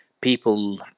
people